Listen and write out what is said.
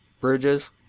Bridges